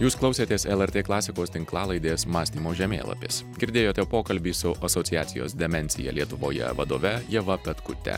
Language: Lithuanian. jūs klausėtės lrt klasikos tinklalaidės mąstymo žemėlapis girdėjote pokalbį su asociacijos demencija lietuvoje vadove ieva petkute